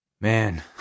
Man